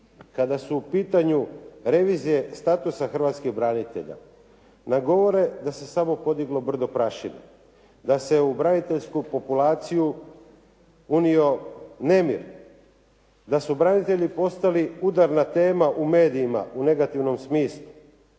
kada su u pitanju revizije statusa hrvatskih branitelja nagovore da se samo podiglo brdo prašine, da se u braniteljsku populaciju unio nemir, da su branitelji postali udarna tema u medijima u negativnom smislu,